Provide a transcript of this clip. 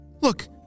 Look